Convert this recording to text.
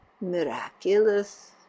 miraculous